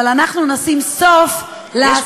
אבל אנחנו נשים סוף להסתה שלכם,